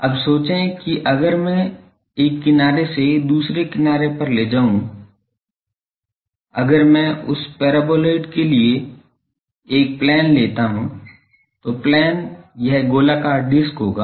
अब सोचें कि अगर मैं एक किनारे से दूसरे किनारे पर ले जाऊं अगर मैं उस पैराबोलॉइड के लिए एक प्लेन लेता हूं तो प्लेन यह गोलाकार डिस्क होगा